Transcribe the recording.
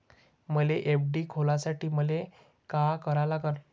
मले एफ.डी खोलासाठी मले का करा लागन?